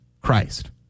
Christ